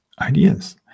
ideas